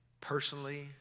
personally